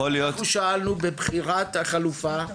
אנחנו שאלנו בבחירת החלופה,